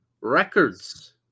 records